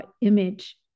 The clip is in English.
image